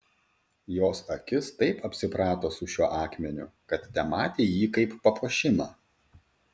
jos akis taip apsiprato su šiuo akmeniu kad tematė jį kaip papuošimą